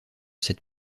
cette